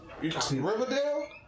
Riverdale